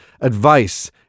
advice